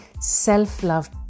self-love